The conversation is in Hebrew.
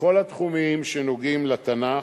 בכל התחומים שנוגעים לתנ"ך,